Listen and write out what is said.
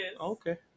Okay